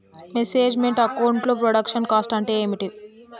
Manage meant account లో production cost అంటే ఏమిటి?